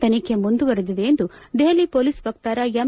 ತನಿಖೆ ಮುಂದುವರೆದಿದೆ ಎಂದು ದೆಹಲಿ ಪೊಲೀಸ್ ವಕ್ತಾರ ಎಂ